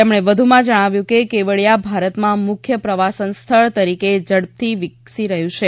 તેમણે વધુમાં જણાવ્યું કે કેવડીયા ભારતમાં મુખ્ય પ્રવાસન સ્થળ તરીકે ઝડપથી વિકસી રહયું છે